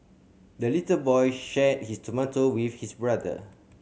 the little boy shared his tomato with his brother